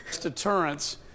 Deterrence